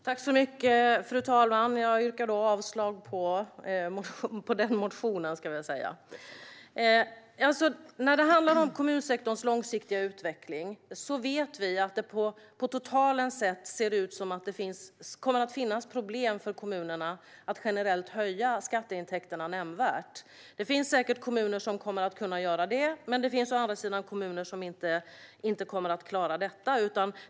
Fru talman! Jag yrkar avslag på nämnda motion. När det handlar om kommunsektorns långsiktiga utveckling vet vi att det totalt sett ser ut som att det kommer att finnas problem för kommunerna att generellt höja skatteintäkterna nämnvärt. Det finns säkert kommuner som kommer att kunna göra det, men det finns å andra sidan kommuner som inte kommer att klara detta.